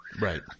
right